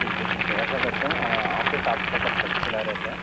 ठीक है ठीक है ऐसा करता हूँ ऑफिस आपका कब तक खुला रहता है